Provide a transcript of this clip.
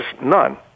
none